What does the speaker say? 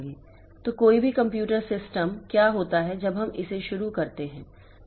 तो कोई भी कंप्यूटर सिस्टम क्या होता है जब हम इसे शुरू करते हैं